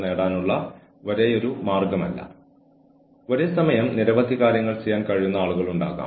ജീവനക്കാരൻ തന്റെ പരമാവധി ശേഷിയിലാണോ അതോ പ്രതീക്ഷിച്ച നിലയിലാണോ പ്രകടനം നടത്തുന്നതെന്ന് അവർ പരിശോധിക്കണം